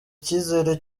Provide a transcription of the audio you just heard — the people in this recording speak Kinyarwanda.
icyizere